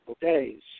Days